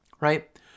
right